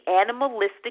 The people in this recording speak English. animalistic